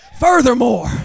furthermore